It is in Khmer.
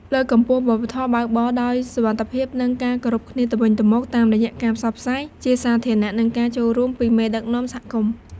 លើកកម្ពស់ វប្បធម៌បើកបរដោយសុវត្ថិភាព និងការគោរពគ្នាទៅវិញទៅមក តាមរយៈការផ្សព្វផ្សាយជាសាធារណៈ និងការចូលរួមពីមេដឹកនាំសហគមន៍។